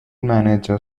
manager